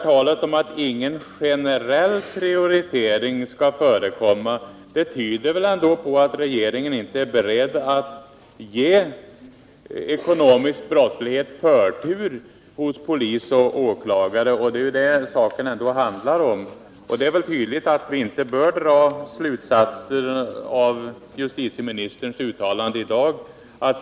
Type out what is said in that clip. Talet om att ingen generell prioritering skall förekomma tyder på att regeringen inte är beredd att ge den ekonomiska brottsligheten förtur hos polis och åklagare. Men det är ju ändå detta saken handlar om. Det är tydligt att vi av justitieministerns uttalande i dag inte bör dra slutsatsen att regeringen nu har kommit till större klarhet på denna punkt än i den förra debatten.